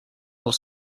dels